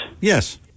Yes